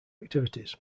activities